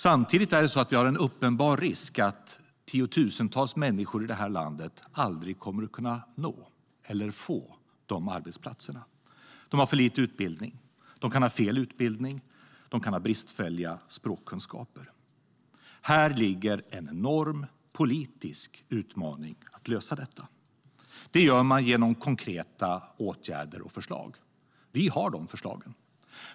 Samtidigt finns det en uppenbar risk för att tiotusentals människor i det här landet aldrig kommer att kunna få dessa arbeten. De har för lite utbildning, de kan ha fel utbildning och de kan ha bristfälliga språkkunskaper. Här ligger en enorm politisk utmaning att lösa detta. Det gör man genom konkreta åtgärder och förslag. Vi har dessa förslag.